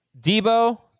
Debo